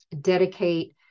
dedicate